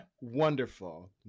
wonderful